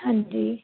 ਹਾਂਜੀ